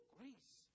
grace